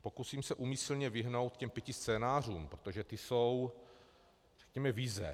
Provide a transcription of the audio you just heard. Pokusím se úmyslně vyhnout těm pěti scénářům, protože to jsou, řekněme, vize.